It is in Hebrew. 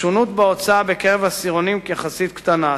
שונות ההוצאה בקרב העשירונים יחסית קטנה.